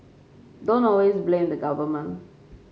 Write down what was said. don't always blame the government